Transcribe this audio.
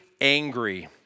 angry